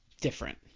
different